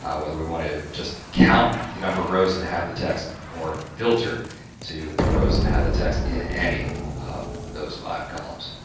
ah whether we want to just count the number of rows that have the text or filter to the rows that have the text in any of those five columns.